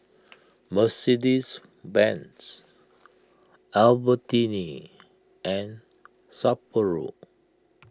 Mercedes Benz Albertini and Sapporo